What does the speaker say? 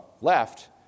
left